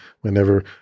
whenever